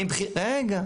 רגע.